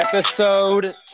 Episode